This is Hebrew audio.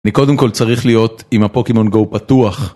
אני קודם כל צריך להיות עם הפוקימון גו פתוח